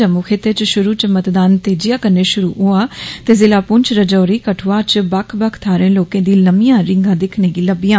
जम्मू खित्ते च शुरु च मतदान तेजिया कन्नै शुरु होआ ते जिला पुंछ राजौरी कदुआ ते बक्ख बक्ख थाहरे लोर्क दी लम्मियां रींगा दिक्खने गी लब्बी